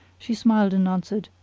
she smiled and answered,